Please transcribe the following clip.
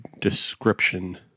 description